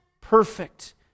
Perfect